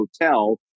Hotel